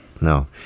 no